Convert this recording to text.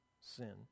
sin